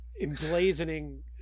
emblazoning